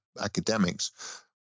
academics